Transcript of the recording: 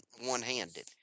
one-handed